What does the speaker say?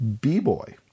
B-Boy